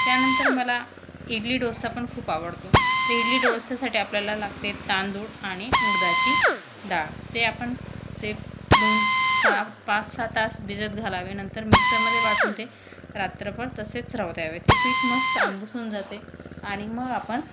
त्यानंतर मला इडली डोसा पण खूप आवडतो ते इडली डोश्यासाठी आपल्याला लागते तांदूळ आणि उडदाची डाळ ते आपण ते दोन सहा पाच सहा तास भिजत घालावे नंतर मिक्सरमध्ये वाटून ते रात्रभर तसेच राहू द्यावे ते पीठ मस्त आंबून जाते आणि मग आपण